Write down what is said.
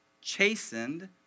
chastened